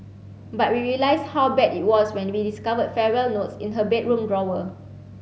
but we realised how bad it was when we discovered farewell notes in her bedroom drawer